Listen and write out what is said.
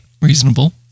Reasonable